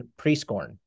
Prescorn